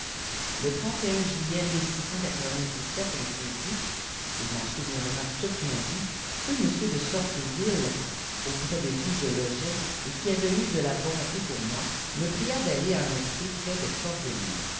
un jeudi il m'en souviendra toute ma vie feu m de sorteville auprès de qui je logeais et qui avait eu de ia bonté pour moi me pria d'aller à un pré près des cordeliers